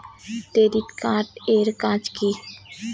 Credit card এর কাজ কি?